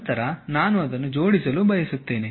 ನಂತರ ನಾನು ಅದನ್ನು ಜೋಡಿಸಲು ಬಯಸುತ್ತೇನೆ